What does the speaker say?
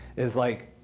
it's like,